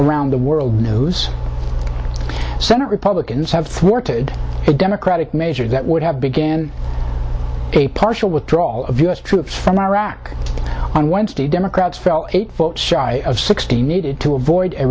around the world news senate republicans have thwarted the democratic measure that would have began a partial withdrawal of u s troops from iraq on wednesday democrats felt it fought shy of sixty needed to avoid a